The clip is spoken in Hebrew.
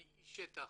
איש שטח.